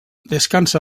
descansa